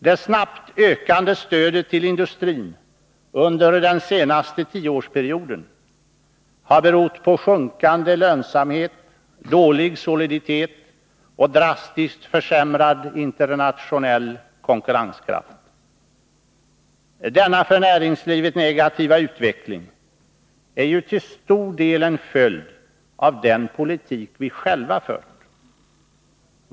Det snabbt ökande stödet till industrin under den senaste tioårsperioden har berott på sjunkande lönsamhet, dålig soliditet och drastiskt försämrad internationell konkurrenskraft. Denna för näringslivet negativa utveckling är ju till stor del en följd av den politik vi själva fört.